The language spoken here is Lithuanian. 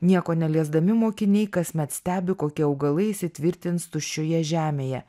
nieko neliesdami mokiniai kasmet stebi kokie augalai įsitvirtins tuščioje žemėje